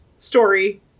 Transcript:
story